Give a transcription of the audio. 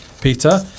Peter